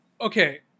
okay